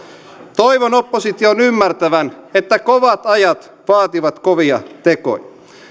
toivon opposition ymmärtävän että kovat ajat vaativat kovia tekoja